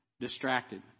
distracted